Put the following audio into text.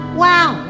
wow